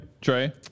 Trey